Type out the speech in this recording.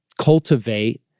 cultivate